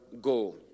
go